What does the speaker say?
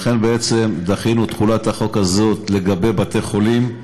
לכן דחינו את תחולת החוק הזאת לגבי בתי-חולים,